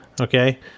Okay